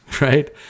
Right